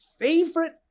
favorite